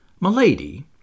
Milady